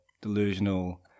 delusional